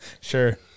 Sure